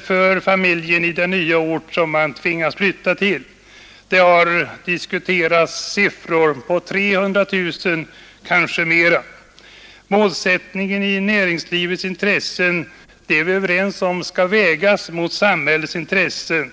för familjen i den nya ort som man tvingas flytta till; det har nämnts belopp på 300 000 kronor, kanske mera. Vi är överens om att näringslivets intressen skall vägas mot samhällets intressen.